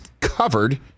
covered